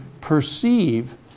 perceive